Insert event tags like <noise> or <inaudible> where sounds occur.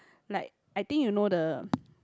like I think you know the <noise>